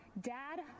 dad